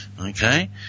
okay